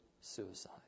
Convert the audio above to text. suicide